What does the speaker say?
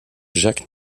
jacques